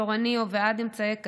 תורני או בעד אמצעי קצה,